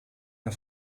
der